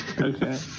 Okay